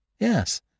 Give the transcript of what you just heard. Yes